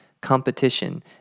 competition